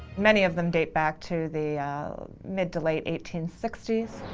many of them, date back to the mid to late eighteen sixty s.